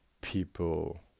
people